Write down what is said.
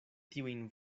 tiujn